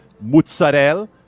mozzarella